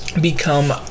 become